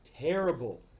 terrible